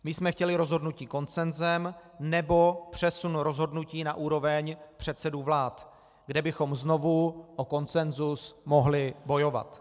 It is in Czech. My jsme chtěli rozhodnutí konsenzem nebo přesun rozhodnutí na úroveň předsedů vlád, kde bychom znovu o konsenzus mohli bojovat.